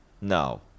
No